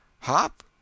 Hop